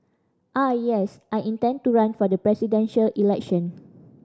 ah yes I intend to run for the Presidential Election